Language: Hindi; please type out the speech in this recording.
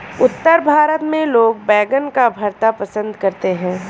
उत्तर भारत में लोग बैंगन का भरता पंसद करते हैं